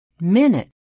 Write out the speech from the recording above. minute